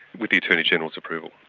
with the attorney general's approval.